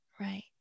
right